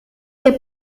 que